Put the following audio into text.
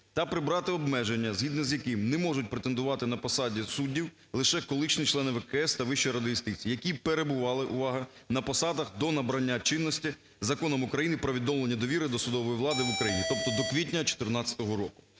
та прибрати обмеження, згідно з якими не можуть претендувати на посади суддів лише колишні члени ВККС та Вищої ради юстиції, які перебували – увага! – на посадах до набрання чинності Законом України "Про відновлення довіри до судової влади в Україні", тобто до квітня 2014 року.